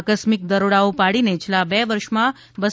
આકસ્મિક દરોડાઓ પાડીને છેલ્લાં બે વર્ષમાં રૂા